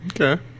okay